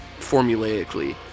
formulaically